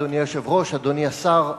אדוני היושב-ראש, תודה, אדוני השר,